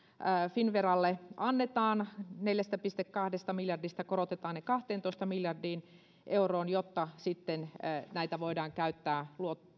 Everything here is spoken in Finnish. finnveralle annetaan neljästä pilkku kahdesta miljardista korotetaan ne kahteentoista miljardiin euroon jotta sitten näitä voidaan käyttää